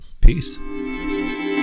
Peace